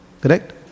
correct